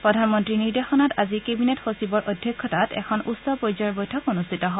প্ৰধানমন্ত্ৰীৰ নিৰ্দেশনাত আজি কেবিনেট সচিবৰ অধ্যক্ষতাত এখন উচ্চ পৰ্যায়ৰ বৈঠক অনুষ্ঠিত হয়